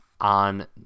on